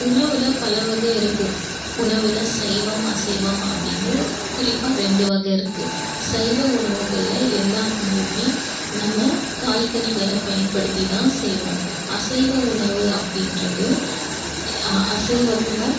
உணவில் பல வகை இருக்குது உணவில் சைவம் அசைவம் அப்படின்னு குறிப்பாக ரெண்டு வகை இருக்குது சைவ உணவுகளில் எல்லாத்துலேயுமே நம்ம காய்கறிகளைப் பயன்படுத்தி தான் செய்வோம் அசைவ உணவு அப்படின்றது அசைவத்தில்